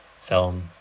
Film